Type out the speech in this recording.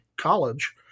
college